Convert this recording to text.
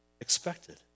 expected